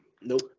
Nope